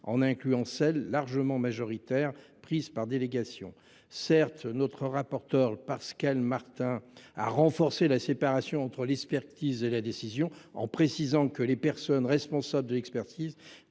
en incluant celles, largement majoritaires, qui sont prises par délégation. Certes, notre rapporteur Pascal Martin a renforcé la séparation entre l’expertise et la décision en précisant que « la personne responsable de l’expertise